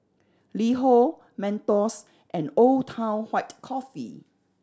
LiHo Mentos and Old Town White Coffee